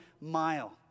mile